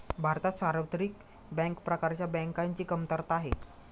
भारतात सार्वत्रिक बँक प्रकारच्या बँकांची कमतरता आहे